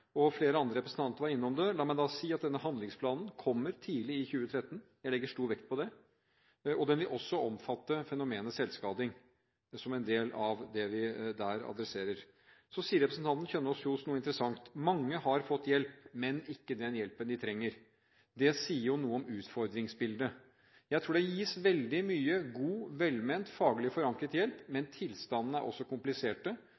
representanter var også innom det. La meg si at denne handlingsplanen kommer tidlig i 2013 – jeg legger stor vekt på det. Den vil også omfatte fenomenet selvskading, som er en del av det vi der adresserer. Så sier representanten Kjønaas Kjos noe interessant, nemlig at mange har fått hjelp, men ikke den hjelpen de trenger. Det sier noe om utfordringsbildet. Jeg tror det gis veldig mye god, velment, faglig forankret hjelp,